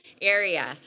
area